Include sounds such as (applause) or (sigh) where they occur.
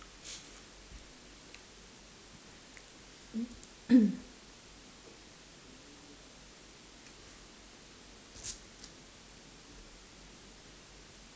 (coughs)